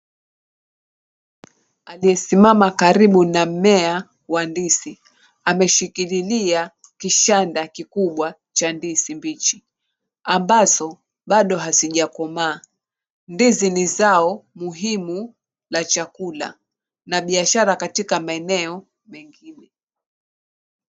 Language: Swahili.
Aliyesimama karibu na mmea wa ndizi. Ameshikililia kishanda kikubwa cha ndizi mbichi ambazo bado hazijakomaa. Ndizi ni zao muhumu la chakula na biashara katika maeneo mengine.